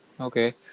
Okay